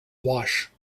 wash